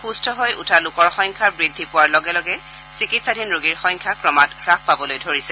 সুস্থ হৈ উঠা লোকৰ সংখ্যা বৃদ্ধি পোৱাৰ লগে লগে চিকিৎসাধীন ৰোগীৰ সংখ্যা ক্ৰমাৎ হ্ৰাস পাবলৈ ধৰিছে